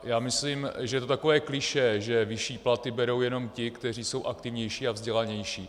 Já myslím, že to je takové klišé, že vyšší platy berou jenom ti, kteří jsou aktivnější a vzdělanější.